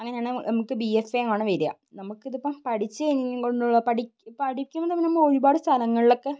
അങ്ങനെയാണ് നമുക്ക് B F A ആണ് വരിക നമുക്കിതിപ്പോള് പഠിച്ച് കഴിഞ്ഞും പഠിക്കുമ്പോള് തന്നെ നമ്മളൊരുപാട് സ്ഥലങ്ങളിലൊക്കെ